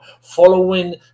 following